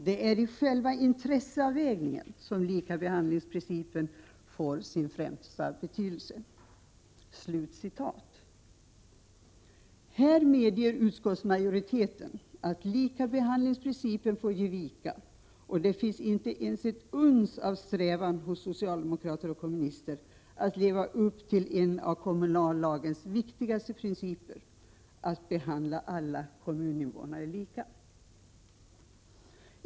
Det är i själva intresseavvägningen som likabehandlingsprincipen får sin främsta betydelse.” Här medger utskottsmajoriteten att likabehandlingsprincipen får ge vika, och det finns inte ens ett uns av strävan hos socialdemokrater och kommunister att leva upp till en av kommunallagens viktigaste principer: att behandla alla kommuninvånare lika.